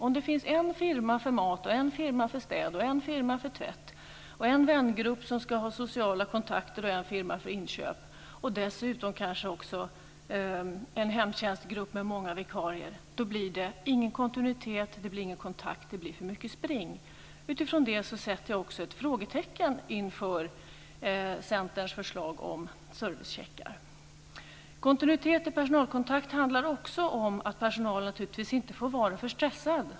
Om det finns en firma för mat, en firma för städning, en firma för tvätt, en vändgrupp som ska ha sociala kontakter och en firma för inköp och dessutom kanske en hemtjänstgrupp med många vikarier, blir det ingen kontinuitet och ingen kontakt. Det blir för mycket spring. Utifrån det sätter jag också ett frågetecken inför Centerns förslag om servicecheckar. Kontinuitet i personalkontakterna handlar också om att personalen naturligtvis inte får vara för stressad.